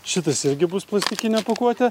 šitas irgi bus plastikinė pakuotė